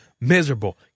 miserable